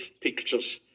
pictures